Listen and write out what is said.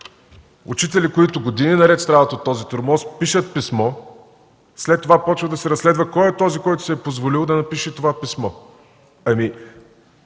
Учители, които години наред страдат от този тормоз, пишат писмо, след това започва да се разследва кой е този, който си е позволил да напише това писмо.